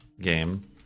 game